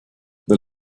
the